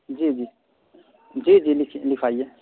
جی جی جی جی لکھیے لکھائیے